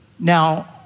Now